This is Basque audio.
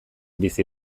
bizi